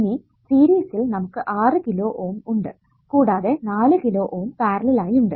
ഇനി സീരിസിൽനമുക്ക് 6 കിലോ Ω ഉണ്ട് കൂടാതെ 4 കിലോ Ω പാരലൽ ആയി ഉണ്ട്